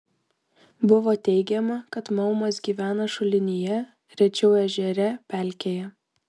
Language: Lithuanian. buvo teigiama kad maumas gyvena šulinyje rečiau ežere pelkėje